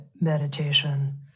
meditation